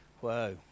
Whoa